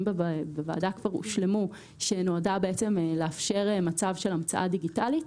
בוועדה כבר הושלמו שנועדה לאפשר מצב של המצאה דיגיטלית.